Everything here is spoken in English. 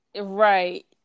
Right